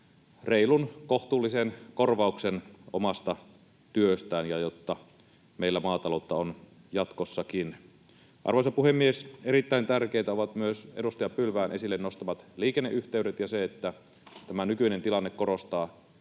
reilun, kohtuullisen korvauksen omasta työstään ja jotta meillä maataloutta on jatkossakin. Arvoisa puhemies! Erittäin tärkeitä ovat myös edustaja Pylvään esille nostamat liikenneyhteydet ja se, että tämä nykyinen tilanne korostaa